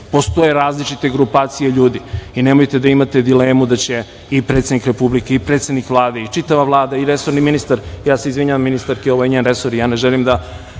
različite grupacije ljudi i nemojte da imate dilemu da će i predsednik Republike i predsednik Vlade i čitava Vlada i resorni ministar, ja se izvinjavam ministarki, ovo je njen resor, ja ne želim da